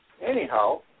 Anyhow